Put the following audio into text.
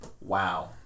Wow